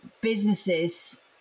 businesses